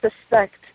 suspect